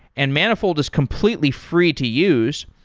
and manifold is completely free to use.